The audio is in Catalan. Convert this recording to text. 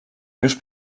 rius